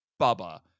bubba